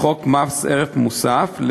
בחוק מס ערך מוסף,